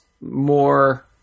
more